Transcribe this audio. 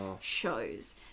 shows